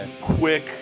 quick